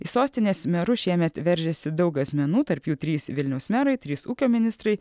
į sostinės merus šiemet veržiasi daug asmenų tarp jų trys vilniaus merai trys ūkio ministrai